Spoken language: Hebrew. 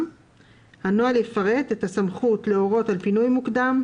הנוהל יפרט את הסמכות להורות על פינוי מוקדם,